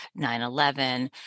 9-11